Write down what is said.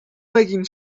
making